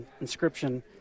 inscription